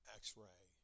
x-ray